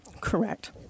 correct